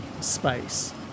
space